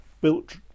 built